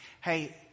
Hey